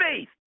faith